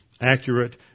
accurate